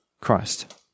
Christ